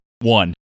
One